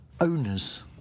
owners